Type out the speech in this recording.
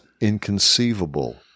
inconceivable